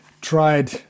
tried